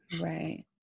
right